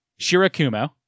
Shirakumo